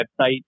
website